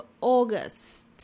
August